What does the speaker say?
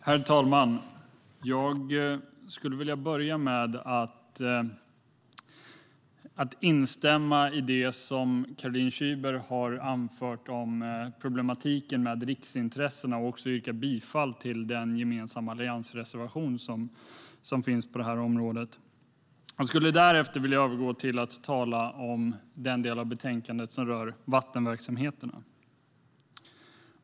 Herr talman! Jag skulle vilja börja med att instämma i det som Caroline Szyber har anfört om problematiken med riksintressena och även yrka bifall till den gemensamma alliansreservation som finns på området. Jag skulle därefter vilja övergå till att tala om den del av betänkandet som rör vattenverksamheterna.